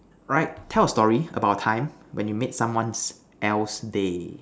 right tell a story about a time when you made someone else day